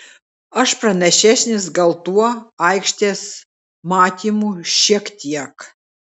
aš pranašesnis gal tuo aikštės matymu šiek tiek